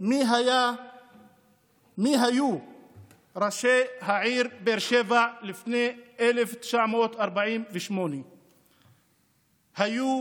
מי היו ראשי העיר באר שבע לפני 1948. היו